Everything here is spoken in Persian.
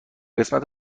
قسمت